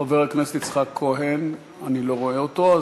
חבר הכנסת יצחק כהן, אני לא רואה אותו.